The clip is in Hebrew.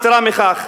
יתירה מכך,